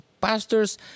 pastors